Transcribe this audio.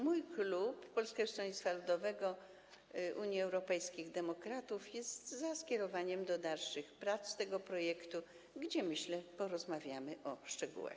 Mój klub, Polskiego Stronnictwa Ludowego - Unii Europejskich Demokratów, jest za skierowaniem do dalszych prac tego projektu, gdzie, myślę, porozmawiamy o szczegółach.